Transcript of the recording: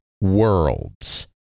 worlds